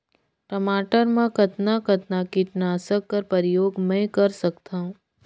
टमाटर म कतना कतना कीटनाशक कर प्रयोग मै कर सकथव?